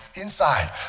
Inside